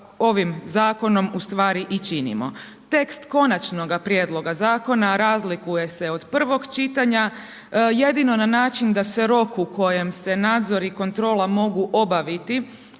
ovim zakonom ustvari i činimo. Tekst konačnoga prijedloga zakona, razlikuje se od prvog čitanja, jedino na način, da se rok u kojem se nadzori i kontrola mogu obaviti,